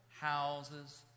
houses